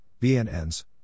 BNNs